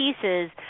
pieces